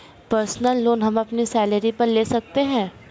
personal loan हम अपनी salary पर ले सकते है